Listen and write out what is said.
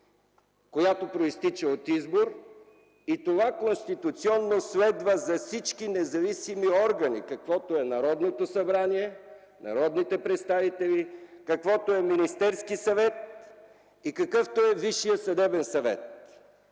която произтича от избор и това конституционно следва за всички независими органи, каквито са Народното събрание, народните представители, Министерският съвет и Висшият съдебен съвет.